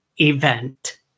event